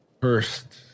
first